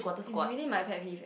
it's really my pet peeve